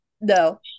No